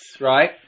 right